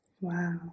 Wow